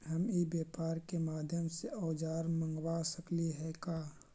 हम ई व्यापार के माध्यम से औजर मँगवा सकली हे का?